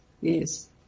yes